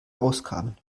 auskamen